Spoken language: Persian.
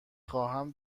خواهم